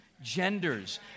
genders